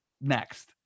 next